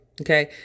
Okay